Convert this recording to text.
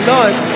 Lord